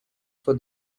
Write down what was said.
for